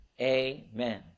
Amen